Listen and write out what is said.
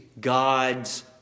God's